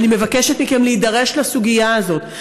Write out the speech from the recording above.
אני מבקשת מכם להידרש לסוגיה הזו.